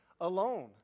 alone